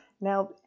Now